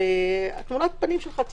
תמונת הפנים שלך,